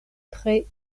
tre